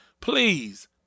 please